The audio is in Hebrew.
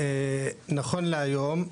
נכון להיום,